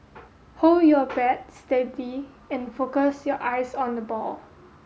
hold your bat steady and focus your eyes on the ball